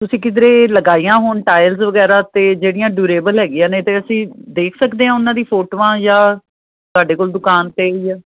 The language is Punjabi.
ਤੁਸੀਂ ਕਿਧਰੇ ਲਗਾਈਆਂ ਹੋਣ ਟਾਇਲਸ ਵਗੈਰਾ ਅਤੇ ਜਿਹੜੀਆਂ ਡਿਊਰੇਬਲ ਹੈਗੀਆਂ ਨੇ ਤਾਂ ਅਸੀਂ ਦੇਖ ਸਕਦੇ ਹਾਂ ਉਹਨਾਂ ਦੀ ਫੋੋਟੋਆਂ ਜਾਂ ਤੁਹਾਡੇ ਕੋਲ ਦੁਕਾਨ 'ਤੇ ਹੀ ਆ